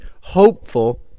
hopeful